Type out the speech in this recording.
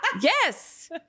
Yes